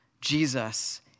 Jesus